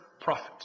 prophet